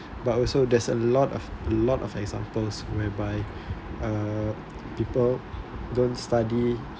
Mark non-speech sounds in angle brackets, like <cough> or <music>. but also there's a lot of a lot of example those whereby <breath> uh people don't study